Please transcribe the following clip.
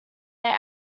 their